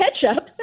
ketchup